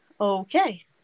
Okay